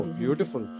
beautiful